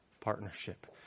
partnership